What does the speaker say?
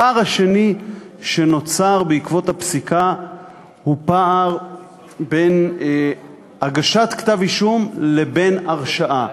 הפער השני שנוצר בעקבות הפסיקה הוא הפער בין הגשת כתב-אישום לבין הרשעה.